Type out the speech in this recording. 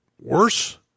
worse